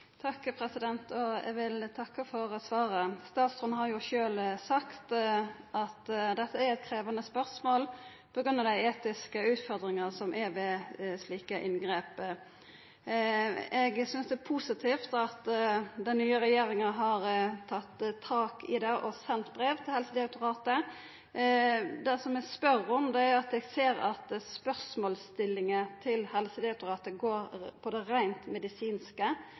Eg vil takka for svaret. Statsråden har sjølv sagt at dette er eit krevjande spørsmål på grunn av dei etiske utfordringane ved slike inngrep. Eg synest det er positivt at den nye regjeringa har tatt tak i dette og sendt brev til Helsedirektoratet. Det som gjer at eg spør, er at eg ser at spørsmålsstillinga til Helsedirektoratet går på det reint medisinske